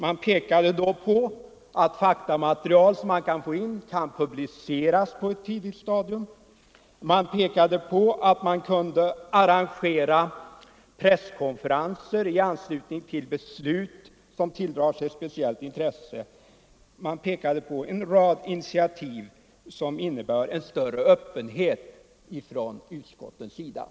Man pekade då på att faktamaterial som kommer in kan publiceras på ett tidigt stadium, man pekade på att presskonferenser kunde arrangeras i anslutning till beslut som tilldrar sig speciellt intresse, och man pekade på en rad initiativ som innebär större öppenhet från utskottens sida.